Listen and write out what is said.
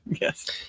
Yes